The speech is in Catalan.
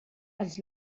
els